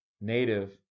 native